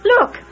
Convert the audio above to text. Look